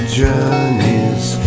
journey's